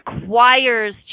requires